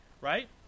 right